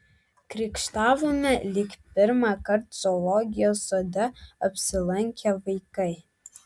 krykštavome lyg pirmąkart zoologijos sode apsilankę vaikai